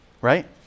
Right